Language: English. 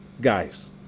guys